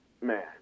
man